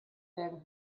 werden